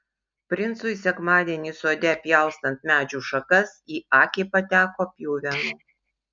princui sekmadienį sode pjaustant medžių šakas į akį pateko pjuvenų